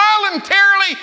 voluntarily